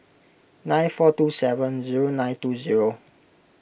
nine four two seven zero nine two zero